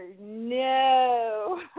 no